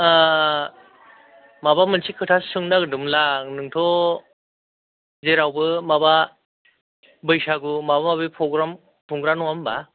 ओ माबा मोनसे खोथासो सोंनो नागिरदोंमोन आं नोंथ' जेरावबो माबा बैसागु माबा माबि प्रग्राम खुंग्रा नङा होनबा